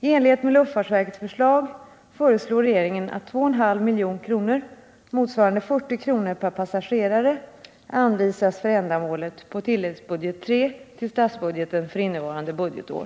I enlighet med luftfartsverkets förslag föreslår regeringen att 2,5 milj.kr., motsvarande 40 kr. per passagerare, anvisas för ändamålet på tilläggsbudget III till statsbudgeten för innevarande budgetår.